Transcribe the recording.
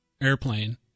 airplane